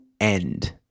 end